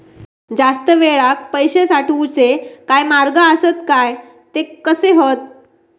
जास्त वेळाक पैशे साठवूचे काय मार्ग आसत काय ते कसे हत?